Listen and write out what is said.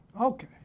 Okay